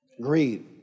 greed